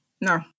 No